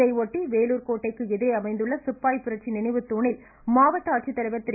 இதையொட்டி வேலூர் கோட்டைக்கு எதிரே அமைந்துள்ள சிப்பாய் புரட்சி நினைவு தூணில் மாவட்ட ஆட்சித்தலைவர் திரு